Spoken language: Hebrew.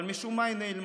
אבל משום מה היא נעלמה.